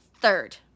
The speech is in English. Third